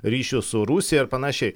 ryšius su rusija ir panašiai